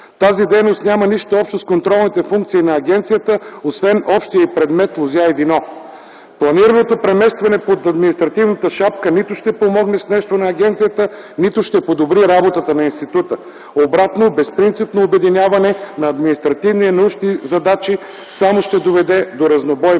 Тази дейност няма нищо общо с контролните функции на агенцията, освен общия й предмет – лозя и вино. Планираното преместване под административната шапка нито ще помогне с нещо на агенцията, нито ще подобри работата на института. Обратно, безпринципно обединяване на административни и научни задачи само ще доведе до разнобой